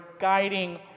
guiding